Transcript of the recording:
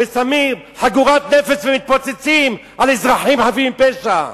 ושמים חגורת נפץ ומתפוצצים על אזרחים חפים מפשע.